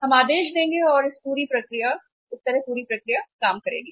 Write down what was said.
हम आदेश देंगे और इस तरह पूरी प्रक्रिया काम करेगी